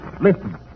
listen